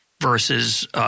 versus –